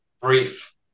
brief